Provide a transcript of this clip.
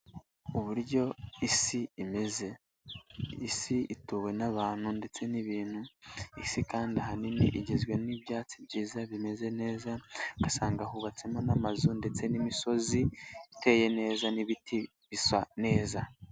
Uburyo isi imeze, isi ituwe n'abantu ndetse n'ibintu, isi kandi ahanini igizwe n'ibyatsi byiza bimeze neza, ugasanga hubatsemo n'amazu, ndetse n'imisozi iteye neza n'ibiti bisa neza.